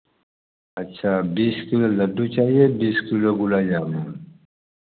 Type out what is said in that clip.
अच्छा बीस किलो लड्डू चाहिए बीस किलो गुला जामुन